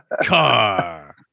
car